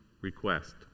request